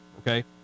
okay